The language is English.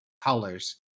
colors